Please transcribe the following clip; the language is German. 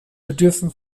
bedürfen